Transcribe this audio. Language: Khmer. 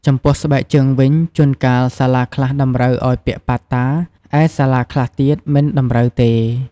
ចំំពោះ ស្បែកជើងវិញ ជួនកាលសាលាខ្លះ តម្រូវឲ្យពាក់ប៉ាតតា ឯសាលាខ្លះទៀត មិនតម្រូវទេ។